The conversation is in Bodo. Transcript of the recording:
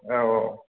औ औ